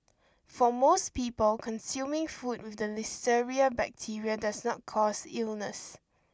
for most people consuming food with the listeria bacteria does not cause illness